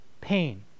pain